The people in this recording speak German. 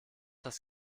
das